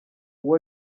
uwo